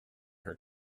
her